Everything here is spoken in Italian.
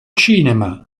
cinema